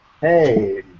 Hey